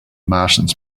martians